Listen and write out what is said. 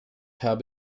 habe